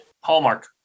hallmark